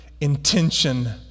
intention